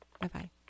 Bye-bye